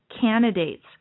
candidates